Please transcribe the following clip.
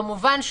כמובן,